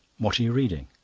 what are you reading?